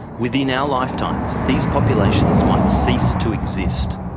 within our lifetimes these populations might cease to exist.